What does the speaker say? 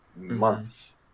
months